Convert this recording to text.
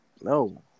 No